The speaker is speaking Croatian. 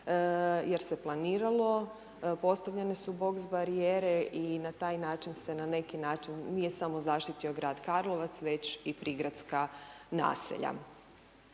jer se planiralo, postavljene su box barijere i na taj način se na neki način nije smo zaštiti grad Karlovac, već i prigradska naselja.